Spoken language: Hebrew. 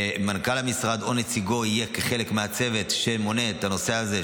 מנכ"ל המשרד או נציגו יהיו כחלק מהצוות בנושא הזה,